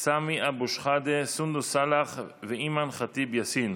סמי אבו שחאדה, סונדוס סאלח ואימאן ח'טיב יאסין.